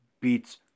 beats